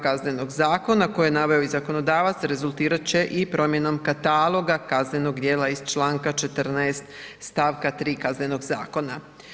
Kaznenog zakona koji je naveo i zakonodavac rezultirat će i promjenom kataloga kaznenog djela iz članka 14. stavka 3. Kaznenog zakona.